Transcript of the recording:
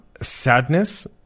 sadness